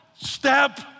step